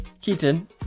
Keaton